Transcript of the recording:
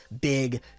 big